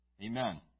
Amen